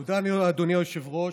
תודה, אדוני היושב-ראש.